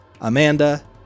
Amanda